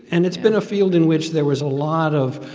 and it's been a field in which there was a lot of,